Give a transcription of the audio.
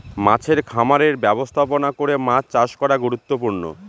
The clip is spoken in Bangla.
মাছের খামারের ব্যবস্থাপনা করে মাছ চাষ করা গুরুত্বপূর্ণ